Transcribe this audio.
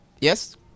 Yes